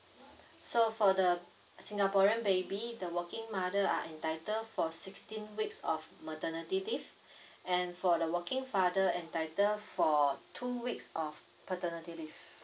so for the singaporean baby the working mother are entitled for sixteen weeks of maternity leave and for the working father entitle for um two weeks of paternity leave